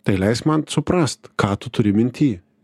tai leisk man suprast ką tu turi minty